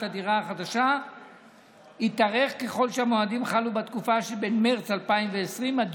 הדירה החדשה יתארך ככל שהמועדים חלו בתקופה שממרץ 2020 עד